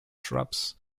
shrubs